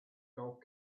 golf